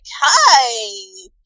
hi